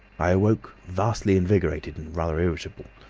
i awoke vastly invigorated and rather irritable.